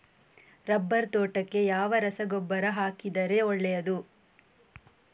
Rubber ತೋಟಕ್ಕೆ ಯಾವ ರಸಗೊಬ್ಬರ ಹಾಕಿದರೆ ಒಳ್ಳೆಯದು?